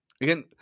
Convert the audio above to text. again